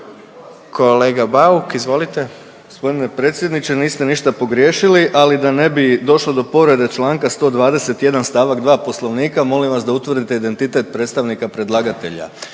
Kolega Bauk izvolite.